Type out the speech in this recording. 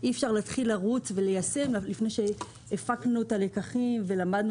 אי אפשר להתחיל לרוץ וליישם לפני שהפקנו את הלקחים ולמדנו